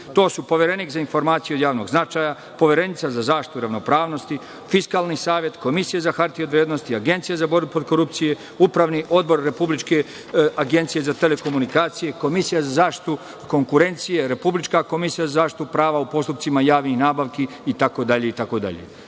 To su Poverenik za informacije od javnog značaja, Poverenica za zaštitu ravnopravnosti, Fiskalni savet, Komisija za hartiju od vrednosti, Agencija za borbu protiv korupcije, Upravni odbor Republičke agencije za telekomunikacije, Komisija za zaštitu konkurencije, Republička komisija za zaštitu prava u postupcima javnih nabavki itd.